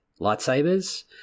lightsabers